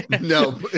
No